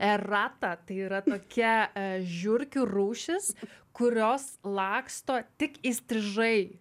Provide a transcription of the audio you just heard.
erata tai yra tokia žiurkių rūšis kurios laksto tik įstrižai